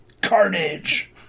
Carnage